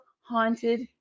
haunted